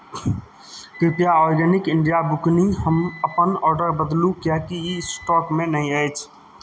कृपया organic India बुकनी हम अपन ऑर्डर बदलू किएकि ई स्टॉकमे नहि अछि